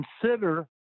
consider